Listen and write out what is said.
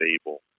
stable